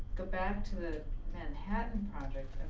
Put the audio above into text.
go back to the manhattan project